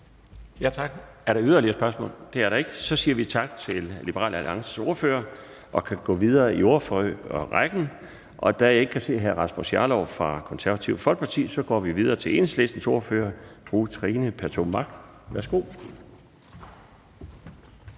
Tak. Er der yderligere spørgsmål? Det er der ikke. Så siger vi tak til Liberal Alliances ordfører og kan gå videre i ordførerrækken. Da jeg ikke kan se hr. Rasmus Jarlov fra Det Konservative Folkeparti, går vi videre til Enhedslistens ordfører, fru Trine Pertou Mach. Værsgo.